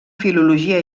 filologia